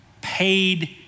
paid